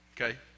okay